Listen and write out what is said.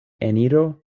eniro